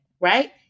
right